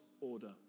order